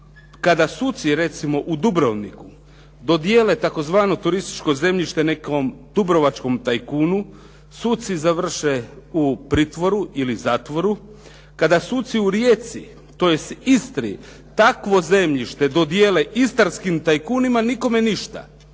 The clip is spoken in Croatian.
Kada suci recimo u Dubrovniku dodijele tzv. turističko zemljište nekom dubrovačkom tajkunu suci završe u pritvoru ili zatvoru. Kada suci u Rijeci, tj. Istri takvo zemljište dodijele istarskim tajkunima nikome ništa,